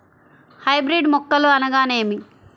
Hybrid మొక్కలు అనగానేమి?